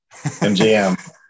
MGM